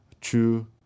two